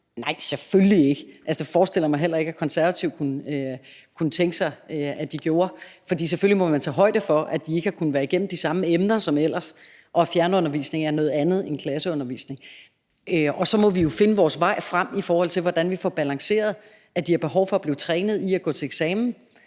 Nej, selvfølgelig ikke. Og det forestiller jeg mig heller ikke at Konservative kunne tænke sig at de gjorde. For selvfølgelig må man tage højde for, at de ikke har kunnet være igennem de samme emner som ellers, og at fjernundervisning er noget andet end klasseundervisning. Så må vi jo finde vores vej frem, i forhold til hvordan vi får balanceret, at de har behov for at blive trænet i at gå til eksamen,